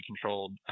controlled